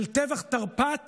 של טבח תרפ"ט